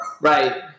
Right